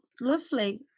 lovely